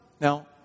Now